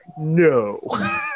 no